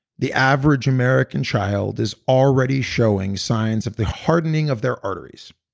the average american child is already showing signs of the hardening of their arteries.